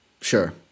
Sure